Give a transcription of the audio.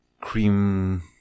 Cream